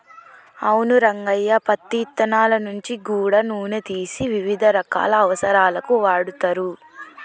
అవును రంగయ్య పత్తి ఇత్తనాల నుంచి గూడా నూనె తీసి వివిధ రకాల అవసరాలకు వాడుతరు